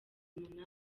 umunani